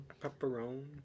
Pepperoni